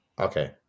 Okay